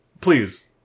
Please